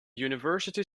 university